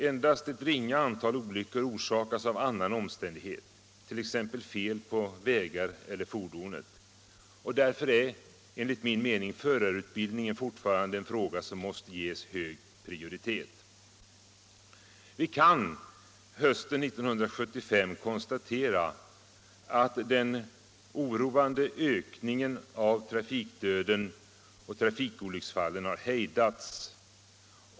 Endast ett ringa antal olyckor orsakas av annan omständighet, t.ex. fel på vägar eller fordonet. Därför är enligt min mening förarutbildningen fortfarande en fråga som måste ges hög prioritet. Vi kan hösten 1975 konstatera att den oroande ökningen av trafikdöden och trafikolycksfallen har hejdats.